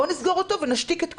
בוא נסגור אותו ונשתיק את כולם.